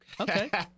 Okay